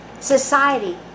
Society